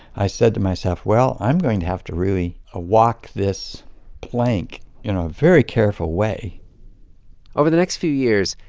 i said to myself, well, i'm going to have to really ah walk this plank you know very careful way over the next few years,